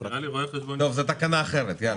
טוב, זו תקנה אחרת.